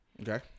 Okay